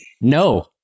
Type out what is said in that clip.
No